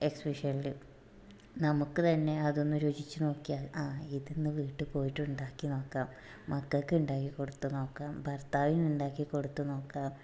എക്സ്ബിഷൻൽ നമുക്ക് തന്നെ അതൊന്ന് രുചിച്ച് നോക്കിയാൽ ആ ഇത് ഇന്ന് വീട്ടിൽ പോയിട്ട് ഉണ്ടാക്കി നോക്കാം മക്കൾക്ക് ഉണ്ടാക്കി കൊടുത്ത് നോക്കാം ഭർത്താവിന് ഉണ്ടാക്കി കൊടുത്ത് നോക്കാം